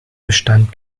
bestand